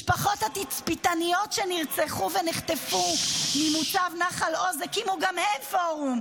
משפחות התצפיתניות שנרצחו ונחטפו ממוצב נחל עוז הקימו גם הן פורום,